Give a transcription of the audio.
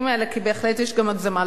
כי בהחלט יש גם הגזמה לצד השני.